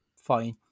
Fine